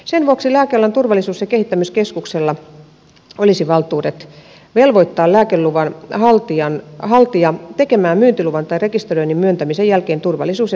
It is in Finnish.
sen vuoksi lääkealan turvallisuus ja kehittämiskeskuksella olisi valtuudet velvoittaa myyntiluvan haltija tekemään myyntiluvan tai rekisteröinnin myöntämisen jälkeen turvallisuus ja tehokkuustutkimuksia